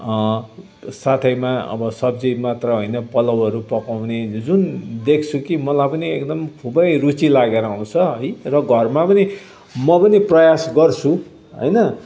साथमा अब सब्जी मात्र होइन पलाउहरू पकाउने जुन देख्छु कि मलाई पनि एकदम खुबै रुचि लागेर आउँछ है र घरमा पनि म पनि प्रयास गर्छु होइन